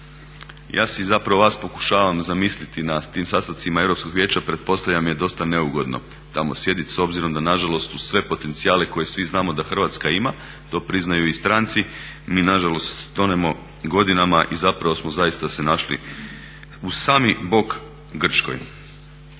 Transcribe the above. ja si zapravo vas pokušavam zamisliti na tim sastancima Europskog vijeća, pretpostavljam je dosta neugodno tamo sjedit s obzirom da nažalost uz sve potencijale koje svi znamo da Hrvatska ima, to priznaju i stranci, mi nažalost tonemo godinama i zapravo smo zaista se našli uz sami bok Grčkoj.